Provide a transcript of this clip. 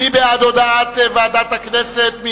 מי בעד הודעת ועדת הכנסת?